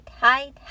hide